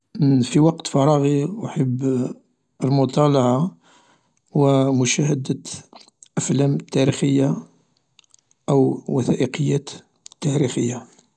في وقت فراغي أحب المطالعة و مشاهدة الأفلام التاريخية او وثائقيات تاريخية.